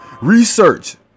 research